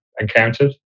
encountered